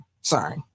Sorry